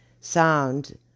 sound